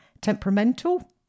temperamental